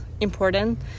important